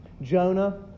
Jonah